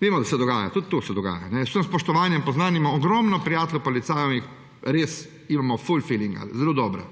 Vemo, da se dogaja, tudi to se dogaja. Z vsem spoštovanjem. Poznam. Imam ogromno prijateljev policajev, res, imamo ful filinge, zelo dobre.